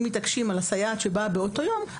אם מתעקשים על הסייעת שבאה באותו יום,